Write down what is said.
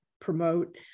promote